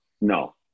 No